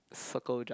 circle